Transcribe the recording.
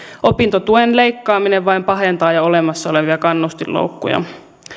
opintotuen leikkaaminen vain pahentaa jo olemassa olevia kannustinloukkuja